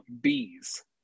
bees